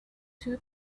two